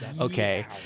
Okay